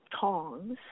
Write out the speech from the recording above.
tongs